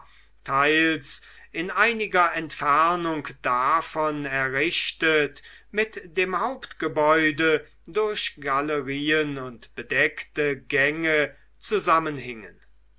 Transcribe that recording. teils in einiger entfernung davon errichtet mit dem hauptgebäude durch galerien und bedeckte gänge zusammenhingen